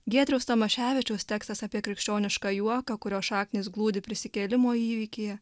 giedriaus tamoševičiaus tekstas apie krikščionišką juoką kurio šaknys glūdi prisikėlimo įvykyje